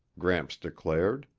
gramps declared.